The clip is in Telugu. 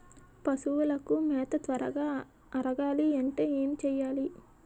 పశువులకు మేత త్వరగా అరగాలి అంటే ఏంటి చేయాలి?